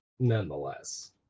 Nonetheless